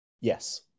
Yes